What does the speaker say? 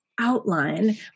outline